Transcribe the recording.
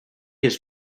his